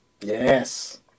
Yes